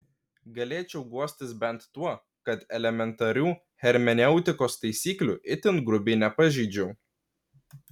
galėčiau guostis bent tuo kad elementarių hermeneutikos taisyklių itin grubiai nepažeidžiau